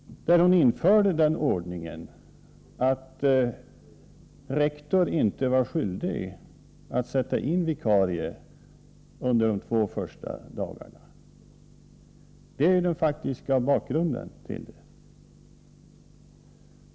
Hon införde den ordningen att rektor inte var skyldig att sätta in vikarie under de två första dagarna. Det är den faktiska bakgrunden.